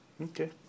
okay